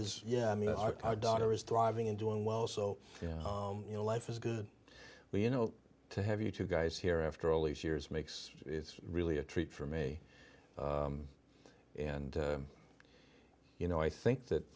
s yeah i mean our daughter is thriving and doing well so yeah you know life is good but you know to have you two guys here after all these years makes it's really a treat for me and you know i think that